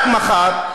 רק מחר,